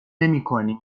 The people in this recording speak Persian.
نمیکنی